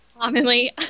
commonly